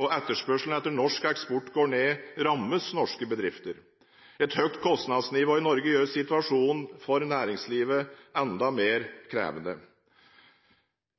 og etterspørselen etter norsk eksport går ned, rammes norske bedrifter. Et høyt kostnadsnivå i Norge gjør situasjonen for næringslivet enda mer krevende.